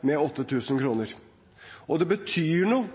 med 8 000 kr. Og det betyr noe